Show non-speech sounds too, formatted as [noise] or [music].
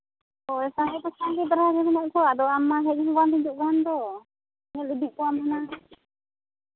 ᱦᱳᱭ [unintelligible] ᱜᱤᱫᱽᱨᱟᱹ ᱜᱮ ᱢᱮᱱᱟᱜ ᱠᱚᱣᱟ ᱟᱫᱚ ᱟᱢ ᱢᱟ ᱦᱮᱡ ᱦᱚᱸ ᱵᱟᱢ ᱦᱤᱡᱩᱜ ᱠᱟᱱ ᱫᱚ ᱧᱮᱞ ᱤᱫᱤ ᱠᱚᱣᱟᱢ ᱦᱩᱱᱟᱹᱝ